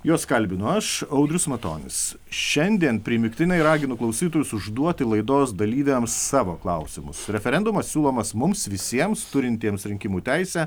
juos kalbinu aš audrius matonis šiandien primygtinai raginu klausytojus užduoti laidos dalyviams savo klausimus referendumas siūlomas mums visiems turintiems rinkimų teisę